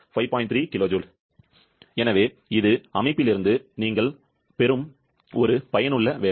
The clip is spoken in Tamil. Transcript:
3 kJ எனவே இது அமைப்பிலிருந்து நீங்கள் பெறும் ஒரு பயனுள்ள வேலை